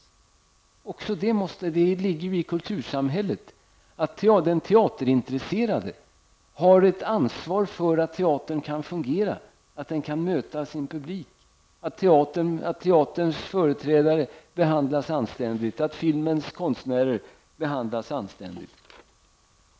Det förhåller sig på ett sådant sätt i kultursamhället att den teaterintresserade har ett ansvar för att teatern kan fungera, att den kan möta sin publik, att teaterns företrädare behandlas anständigt och att filmens konstnärer behandlas anständigt.